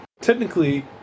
Technically